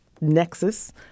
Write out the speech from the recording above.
nexus